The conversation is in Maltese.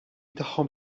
tagħhom